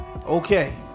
Okay